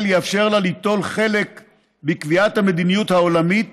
יאפשר לה ליטול חלק בקביעת המדיניות העולמית